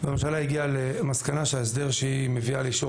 הממשלה הגיעה למסקנה שההסדר שהיא מביאה לאישור